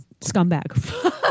scumbag